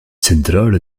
zentrale